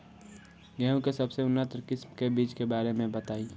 गेहूँ के सबसे उन्नत किस्म के बिज के बारे में बताई?